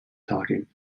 talking